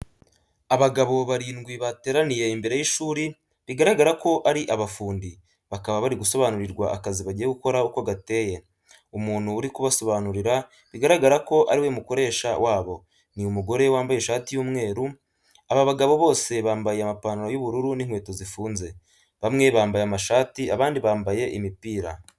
Abagabo barindwi bateraniye imbere y'ishuri bigaragara ko ari abafundi, bakaba bari gusobanurirwa akazi bagiye gukora uko gateye, umuntu uri kubasobanurura bigaragara ko ari we mukoresha wabo, ni umugore wambaye ishati y'umweru, aba bagabo bose bambaye amapantaro y'ubururu n'inkweto zifunze, bamwe bambaye amashati, abandi bambaye imipira.